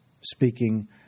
speaking